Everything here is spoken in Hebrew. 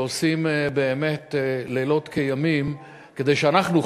שעושים באמת לילות כימים כדי שאנחנו,